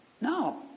No